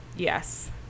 yes